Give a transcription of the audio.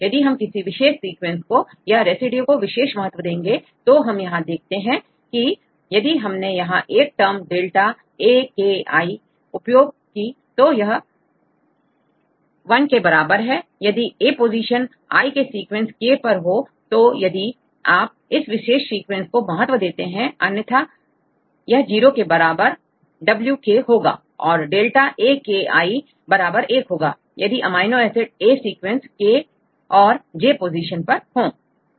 यदि हम किसी विशेष सीक्वेंस को या रेसिड्यू को विशेष महत्व देंगे तो हम यहां देखते हैं की यदि हमने यहां एक टर्म डेल्टा aki उपयोग की तो यह 1 के बराबर है यदि a पोजीशन i के सीक्वेंस k पर हो तो यदि आप इस विशेष सीक्वेंस को महत्व देते हैं अन्यथा यह 0 के बराबर wk होगा और डेल्टाaki बराबर 1 होगा यदि amino acid a sequence k i position पर हो